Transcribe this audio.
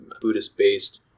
Buddhist-based